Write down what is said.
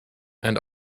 and